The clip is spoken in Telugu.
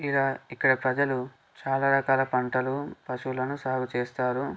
ఈడ ఇక్కడ ప్రజలు చాలా రకాల పంటలు పశువులను సాగు చేస్తారు